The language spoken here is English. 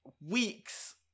weeks